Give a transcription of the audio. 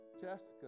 Jessica